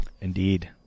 Indeed